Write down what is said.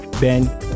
Ben